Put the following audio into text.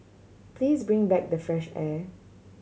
please bring back the fresh air